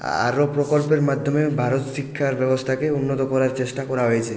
আরো প্রকল্পের মাধ্যমে ভারত শিক্ষার ব্যবস্থাকে উন্নত করার চেষ্টা করা হয়েছে